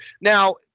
Now